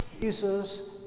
Jesus